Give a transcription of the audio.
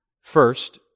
First